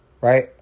right